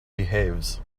behaves